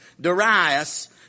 Darius